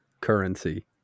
currency